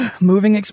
Moving